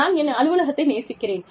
நான் என் அலுவலகத்தை நேசிக்கிறேன்